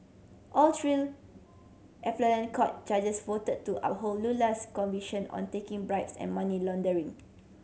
all three court judges voted to uphold Lula's conviction on taking bribes and money laundering